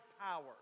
power